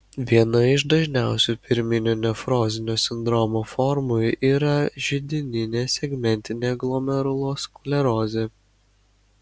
viena iš dažniausių pirminio nefrozinio sindromo formų yra židininė segmentinė glomerulosklerozė